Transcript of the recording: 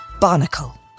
Barnacle